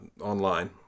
online